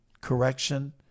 Correction